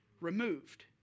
removed